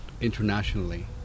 internationally